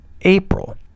April